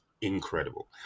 incredible